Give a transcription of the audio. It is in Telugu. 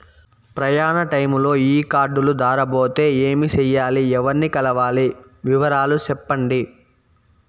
ప్రయాణ టైములో ఈ కార్డులు దారబోతే ఏమి సెయ్యాలి? ఎవర్ని కలవాలి? వివరాలు సెప్పండి?